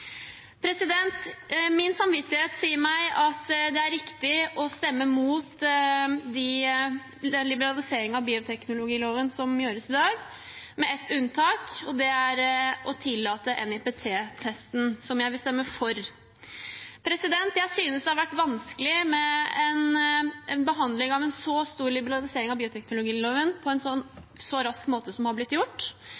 Min samvittighet sier meg at det er riktig å stemme mot den liberaliseringen av bioteknologiloven som gjøres i dag, med ett unntak, og det er å tillate NIPT-testen, som jeg vil stemme for. Jeg synes det har vært vanskelig med en behandling av en så stor liberalisering av bioteknologiloven på en